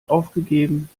aufgegeben